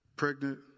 pregnant